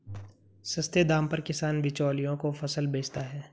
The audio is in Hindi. सस्ते दाम पर किसान बिचौलियों को फसल बेचता है